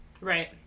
Right